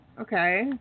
Okay